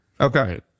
Okay